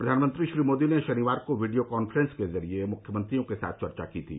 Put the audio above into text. प्रधानमंत्री श्री मोदी ने शनिवार को वीडियो कान्फ्रेंस के जरिए मुख्यमंत्रियों के साथ चर्चा की थी